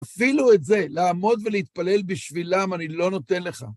אפילו את זה, לעמוד ולהתפלל בשבילם, אני לא נותן לך.